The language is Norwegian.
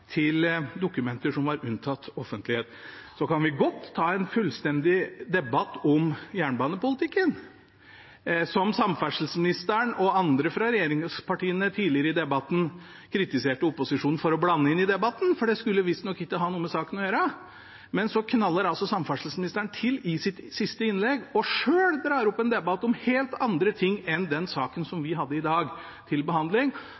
til dokumenter som var unntatt offentlighet. Så kan vi godt ta en fullstendig debatt om jernbanepolitikken, som samferdselsministeren og andre fra regjeringspartiene tidligere i debatten kritiserte opposisjonen for å blande inn i debatten, for det skulle visstnok ikke ha noe med saken å gjøre. Men så knaller samferdselsministeren til i sitt siste innlegg og drar selv opp en debatt om helt andre ting enn den saken som vi har til behandling